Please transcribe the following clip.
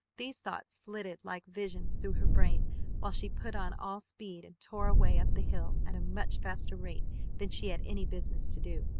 these thoughts flitted like visions through her brain while she put on all speed and tore away up the hill at a much faster rate than she had any business to do.